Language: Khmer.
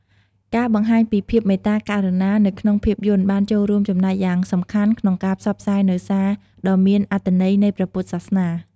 ការបង្ហាញពីភាពមេត្តាករុណានៅក្នុងភាពយន្តបានចូលរួមចំណែកយ៉ាងសំខាន់ក្នុងការផ្សព្វផ្សាយនូវសារដ៏មានអត្ថន័យនៃព្រះពុទ្ធសាសនា។